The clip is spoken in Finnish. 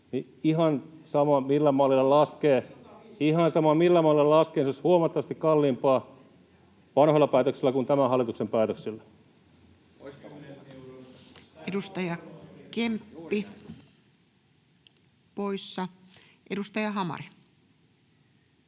ihan sama, millä mallilla laskee, niin se olisi huomattavasti kalliimpaa vanhoilla päätöksillä kuin tämän hallituksen päätöksillä. Edustaja Kemppi, poissa. — Edustaja Hamari.